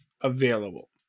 available